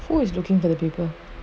who is looking for the paper